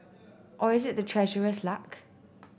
or is it the Treasurer's luck